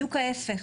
בדיוק ההפך,